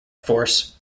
force